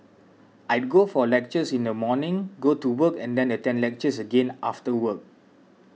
I'd go for lectures in the morning go to work and then attend lectures again after work